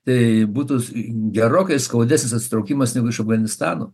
taip būtų gerokai skaudesnis traukimas negu iš afganistano